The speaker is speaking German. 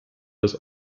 das